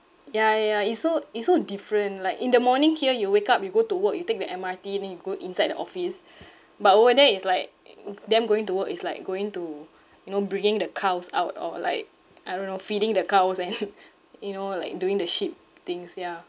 ya ya ya it's so it's so different like in the morning here you wake up you go to work you take the M_R_T then you go inside the office but over there it's like them going to work is like going to you know bringing the cows out or like I don't know feeding the cows and you know like doing the sheep things yeah